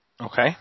Okay